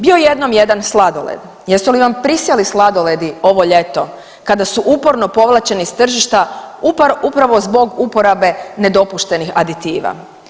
Bio jednom jedan sladoled, jesu li vam prisjeli sladoledi ovo ljeto kada su uporno povlačeni s tržišta upravo zbog uporabe nedopuštenih aditiva.